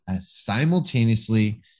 simultaneously